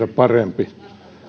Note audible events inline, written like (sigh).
(unintelligible) on yleensä parempi